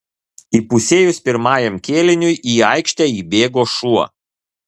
įpusėjus pirmajam kėliniui į aikštę įbėgo šuo